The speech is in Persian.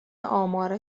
آمار